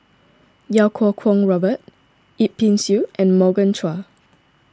Iau Kuo Kwong Robert Yip Pin Xiu and Morgan Chua